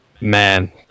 man